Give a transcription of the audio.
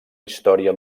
història